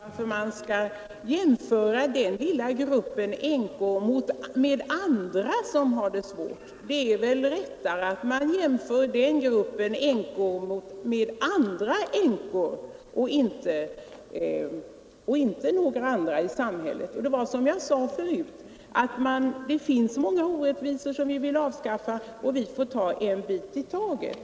Herr talman! Jag förstår inte varför man skall jämföra den här lilla gruppen med andra som har det svårt. Det är väl riktigare att man jämför den gruppen änkor med andra änkor och inte med några andra i samhället. Som jag sade förut finns det många orättvisor som vi vill. avskaffa, och vi får ta en bit i taget.